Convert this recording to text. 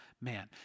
man